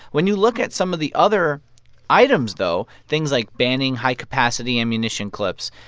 when you look at some of the other items, though, things like banning high-capacity ammunition clips,